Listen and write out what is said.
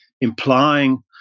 implying